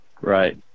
Right